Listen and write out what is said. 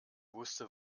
wusste